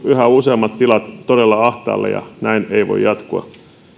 yhä useammat tilat todella ahtaalle ja näin ei voi jatkua